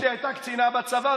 אימא שלי הייתה קצינה בצבא,